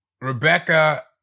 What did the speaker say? Rebecca